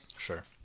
Sure